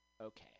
Okay